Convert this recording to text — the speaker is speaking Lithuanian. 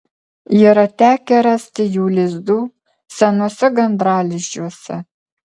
yra tekę rasti jų lizdų senuose gandralizdžiuose